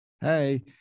hey